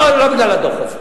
לא בגלל הדוח הזה.